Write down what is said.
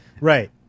right